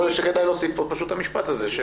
יכול להיות שכדאי להוסיף פה פשוט את המשפט הזה.